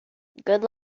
good